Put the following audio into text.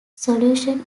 solution